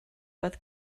fod